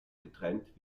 getrennt